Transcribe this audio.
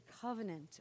covenant